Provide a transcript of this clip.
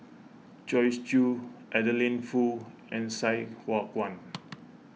Joyce Jue Adeline Foo and Sai Hua Kuan